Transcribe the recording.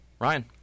Ryan